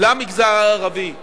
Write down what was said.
למגזר הערבי בגליל,